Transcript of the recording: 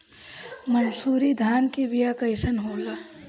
मनसुरी धान के बिया कईसन होला?